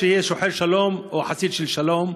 שיהיה שוחר שלום או חסיד של שלום.